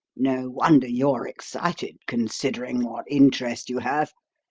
no wonder you are excited, considering what interest you have.